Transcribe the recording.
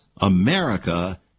America